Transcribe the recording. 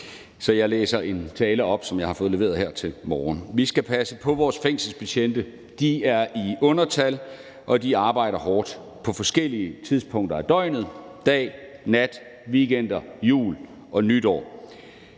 Så jeg læser en tale op, som jeg har fået leveret her til morgen. Vi skal passe på vores fængselsbetjente. De er i undertal, og de arbejder hårdt på forskellige tidspunkter af døgnet – dag, nat, weekender, jul og nytår